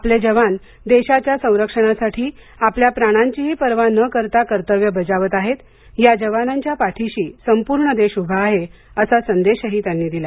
आपले जवान देशाच्या संरक्षणासाठी आपल्या प्राणांचीही परवा न करता कर्तव्य बजावत आहेत या जवानांच्या पाठीशी संपूर्ण देश उभा आहे असा संदेशही त्यांनी दिला